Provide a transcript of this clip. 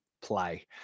play